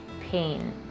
pain